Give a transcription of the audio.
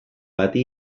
bati